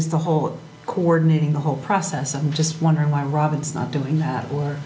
is the whole coordinating the whole process i'm just wondering why robin's not doing that wor